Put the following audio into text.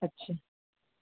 अच्छा